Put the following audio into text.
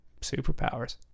superpowers